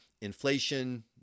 inflation